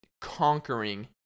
conquering